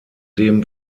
dem